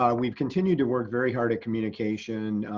um we've continued to work very hard at communication.